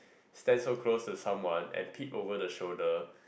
stand so close to someone and peek over the shoulder